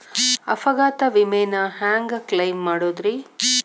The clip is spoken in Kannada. ಅಪಘಾತ ವಿಮೆನ ಹ್ಯಾಂಗ್ ಕ್ಲೈಂ ಮಾಡೋದ್ರಿ?